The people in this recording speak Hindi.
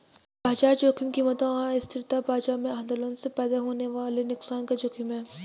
बाजार जोखिम कीमतों और अस्थिरता बाजार में आंदोलनों से पैदा होने वाले नुकसान का जोखिम है